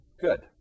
Good